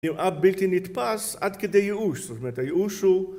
‫נראה בלתי נתפס עד כדי יאוש. ‫זאת אומרת, היאוש הוא...